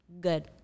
Good